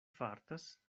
fartas